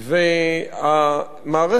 והמערכת,